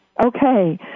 Okay